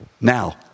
Now